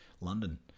London